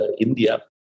India